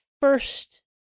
first